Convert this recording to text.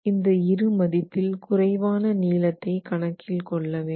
இந்த இரு மதிப்பில் குறைவான நீளத்தை கணக்கில் கொள்ள வேண்டும்